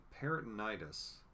peritonitis